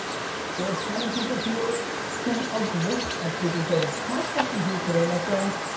there are plenty people here who are great at taking photos. my question here today, my friends,